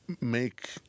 make